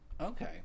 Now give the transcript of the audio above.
Okay